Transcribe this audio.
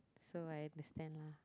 so I understand lah